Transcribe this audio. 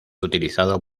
utilizado